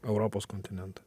europos kontinentą